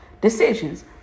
decisions